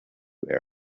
earth